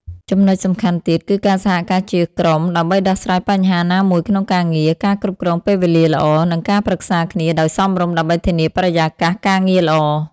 ចំណុចសំខាន់ទៀត គឺការសហការជាក្រុមដើម្បីដោះស្រាយបញ្ហាណាមួយក្នុងការងារ ការគ្រប់គ្រងពេលវេលាល្អ និងការប្រឹក្សាគ្នាដោយសមរម្យ ដើម្បីធានាបរិយាកាសការងារល្អ។